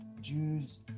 Jews